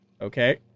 Okay